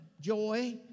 joy